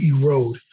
erode